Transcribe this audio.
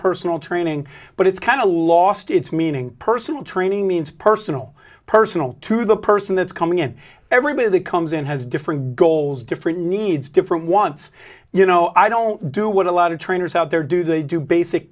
personal training but it's kind of lost its meaning personal training means personal personal to the person that's coming and everybody that comes in has different goals different needs different ones you know i don't do what a lot of trainers out there do they do basic